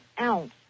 ounce